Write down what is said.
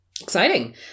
exciting